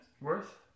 worth